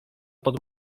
pod